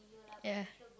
ya